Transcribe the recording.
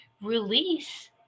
release